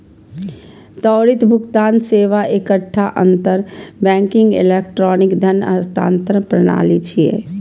त्वरित भुगतान सेवा एकटा अंतर बैंकिंग इलेक्ट्रॉनिक धन हस्तांतरण प्रणाली छियै